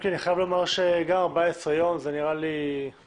דן גפן, ראש מטה השר לביטחון